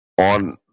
on